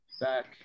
back